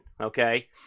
Okay